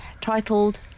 titled